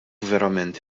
verament